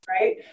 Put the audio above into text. right